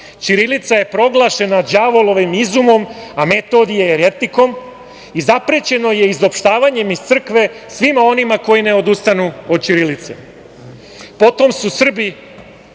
ćirilica je proglašena đavolovim izumom a Metodije jeretikom i zaprećeno je izopštavanjem iz crkve svima onima koji ne odustanu od ćirilice. Potom su Srbi